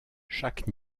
chaque